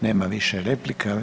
Nema više replika.